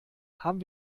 haben